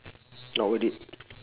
not worth it